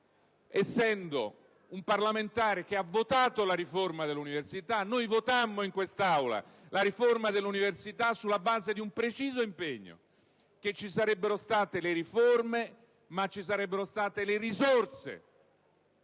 essendo io un parlamentare che ha votato la riforma dell'università. Noi votammo in quest'Aula la riforma dell'università sulla base del preciso impegno che vi sarebbero state le riforme, ma che vi sarebbero state anche le risorse.